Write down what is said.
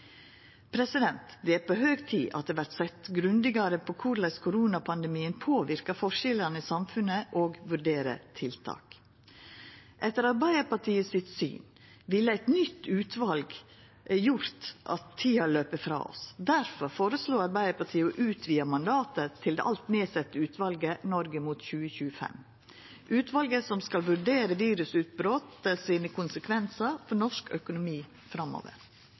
Det er på høg tid at det vert sett grundigare på korleis koronapandemien påverkar forskjellane i samfunnet, og vurdera tiltak. Etter Arbeidarpartiet sitt syn ville eit nytt utval gjort at tida går frå oss. Difor føreslår Arbeidarpartiet å utvida mandatet til det alt nedsette utvalet Norge mot 2025, utvalet som skal vurdera kva konsekvensar virusutbrotet får for norsk økonomi framover.